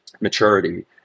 maturity